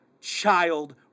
child